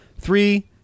Three